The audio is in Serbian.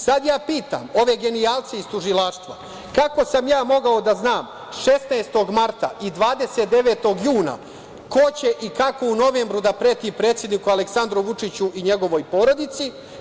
Sad ja pitam ove genijalce iz tužilaštva – kako sam ja mogao da znam 16. marta i 29. juna ko će i kako u novembru da preti predsedniku Aleksandru Vučiću i njegovoj porodici?